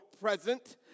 present